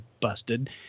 busted